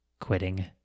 quitting